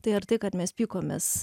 tai ar tai kad mes pykomės